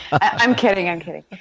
i'm kidding. i'm kidding.